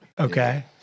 Okay